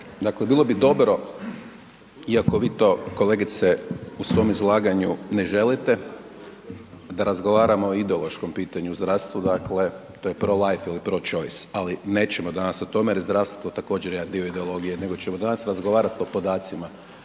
Dakle, bilo bi dobro iako vi to kolegice u svom izlaganju ne želite da razgovaramo o ideološkom pitanju u zdravstvu, dakle to je pro-life ili pro-choice, ali nećemo danas o tome jer je u zdravstvu to također jedan dio ideologije, nego ćemo danas razgovarat o podacima,